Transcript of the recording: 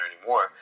anymore